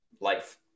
life